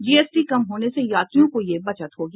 GST कम होने से यात्रियों को ये बचत होगी